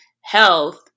health